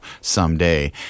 someday